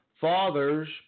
Fathers